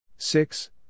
Six